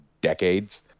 decades